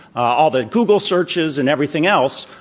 all the google searches, and everything else,